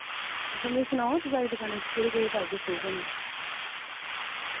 अच्छा मि सनाओ थुआढ़ी दुकाना बिच केह्ड़े केह्ड़े टाइप दे फ्रूट होने न